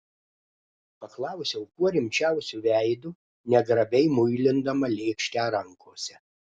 paklausiau kuo rimčiausiu veidu negrabiai muilindama lėkštę rankose